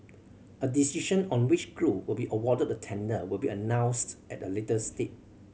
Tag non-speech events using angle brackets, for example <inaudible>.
a decision on which group will be awarded the tender will be announced at a later <unintelligible> date